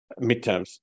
midterms